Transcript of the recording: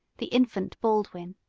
the infant baldwin.